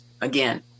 Again